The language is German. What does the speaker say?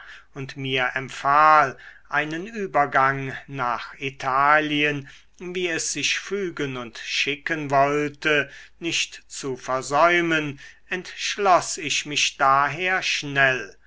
und mir empfahl einen übergang nach italien wie es sich fügen und schicken wollte nicht zu versäumen entschloß ich mich daher schnell